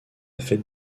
fête